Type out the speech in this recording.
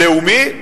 לאומי,